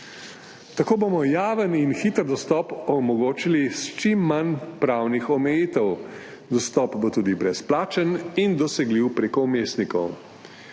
Tako bomo javen in hiter dostop omogočili s čim manj pravnih omejitev. Dostop bo tudi brezplačen in dosegljiv prek vmesnikov.